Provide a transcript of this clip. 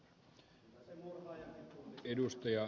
arvoisa puhemies